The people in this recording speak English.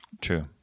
True